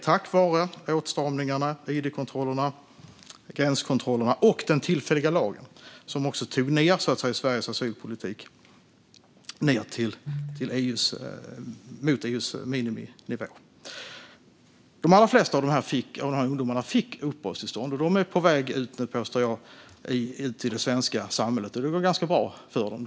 Tack vare åtstramningarna, id-kontrollerna, gränskontrollerna och också den tillfälliga lagen, som tog Sveriges asylpolitik ned mot EU:s miniminivå, fick vi ordning på det. De allra flesta av de här ungdomarna fick uppehållstillstånd, och de är nu, påstår jag, på väg ut i det svenska samhället. Det går ganska bra för dem.